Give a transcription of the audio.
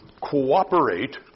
cooperate